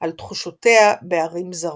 על תחושותיה בערים זרות.